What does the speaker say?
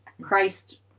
christ